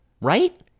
right